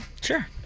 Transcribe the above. Sure